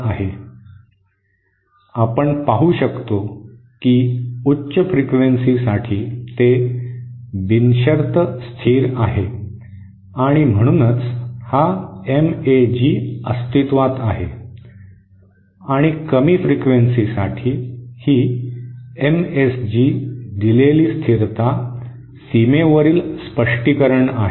आपण पाहू शकतो की उच्च फ्रिक्वेन्सीसाठी ते बिनशर्त स्थिर आहे आणि म्हणूनच हा एमएजी अस्तित्त्वात आहे आणि कमी फ्रिक्वेन्सीसाठी ही एमएसजी दिलेली स्थिरता सीमेवरील स्पष्टीकरण आहे